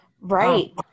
Right